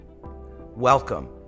welcome